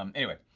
um anyway,